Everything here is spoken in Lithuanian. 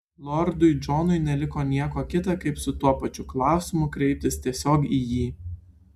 lordui džonui neliko nieko kita kaip su tuo pačiu klausimu kreiptis tiesiog į jį